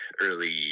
early